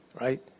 Right